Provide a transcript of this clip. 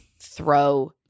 throw